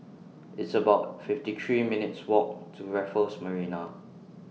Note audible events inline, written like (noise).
It's about fifty three minutes' Walk to Raffles Marina (noise)